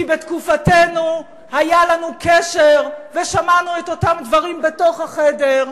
כי בתקופתנו היה לנו קשר ושמענו את אותם דברים בתוך החדר,